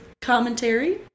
commentary